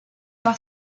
par